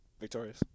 Victorious